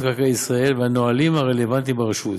מקרקעי ישראל והנהלים הרלוונטיים ברשות,